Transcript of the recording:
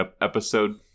episode